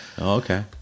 Okay